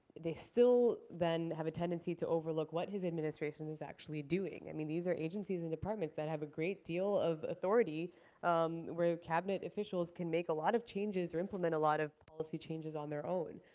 they still then have a tendency to overlook what his administration is actually doing. i mean, these are agencies and departments that have a great deal of authority where cabinet officials can make a lot of changes or implement a lot of policy changes on their own.